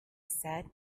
said